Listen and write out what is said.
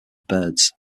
birds